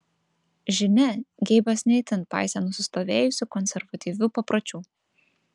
žinia geibas ne itin paisė nusistovėjusių konservatyvių papročių